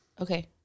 Okay